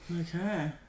Okay